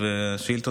והשאילתות